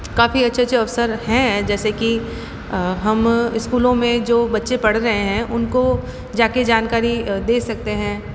काफ़ी अच्छे अच्छे अवसर हैं जैसे की हम स्कूलों में जो बच्चे पढ़ रहें हैं उनको जाकर जानकारी दे सकते हैं